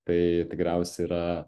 tai tikriausiai yra